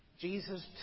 Jesus